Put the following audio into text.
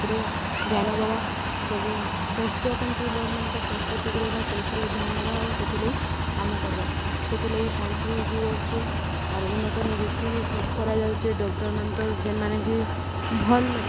ଉପରେ ଧ୍ୟାନ ଦେବା ସବୁ ସ୍ୱାସ୍ଥ୍ୟ କେମିତି ଲୋକମାନଙ୍କର ସ୍ୱାସ୍ଥ୍ୟ ଠିକ୍ ରହିବା ସେ ଉପରେ ଧ୍ୟାନ ଦେବା ଆଉ ସେଥିଲାଗି କାମ କରିବା ସେଥିଲାଗି ପାଣ୍ଠି ବି ରହିଚେ ଆର୍ ଉନ୍ନତ ନିଯୁକ୍ତି ବି କରାଯାଉଚେ ଡକ୍ଟରମାନଙ୍କର ଯେନ୍ମାନେ କି ଭଲ୍